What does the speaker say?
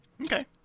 okay